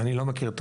אני לא מכיר.